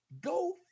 Go